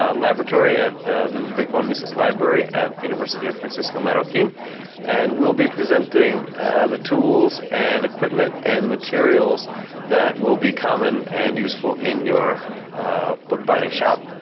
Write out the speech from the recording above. ah laboratory at the ludwig von mises library at university francisco marroquin and we'll be presenting the tools and equipment, and materials that will be common and useful in your bookbinding shop.